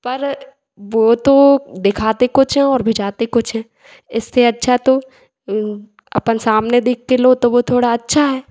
पर वह तो दिखाते कुछ हैं और भेजते कुछ हैं इससे अच्छा तो अपन सामने देखकर लो तो वह थोड़ा अच्छा है